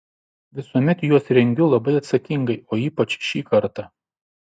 visuomet juos rengiu labai atsakingai o ypač šį kartą